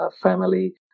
family